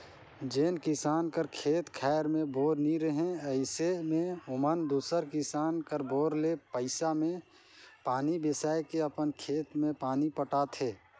जेन किसान कर खेत खाएर मे बोर नी रहें अइसे मे ओमन दूसर किसान कर बोर ले पइसा मे पानी बेसाए के अपन खेत मे पानी पटाथे